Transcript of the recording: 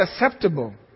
acceptable